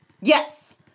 Yes